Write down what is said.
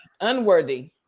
unworthy